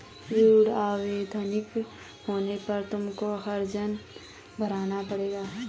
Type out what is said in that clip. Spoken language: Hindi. यील्ड अवैधानिक होने पर तुमको हरजाना भरना पड़ेगा